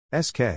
SK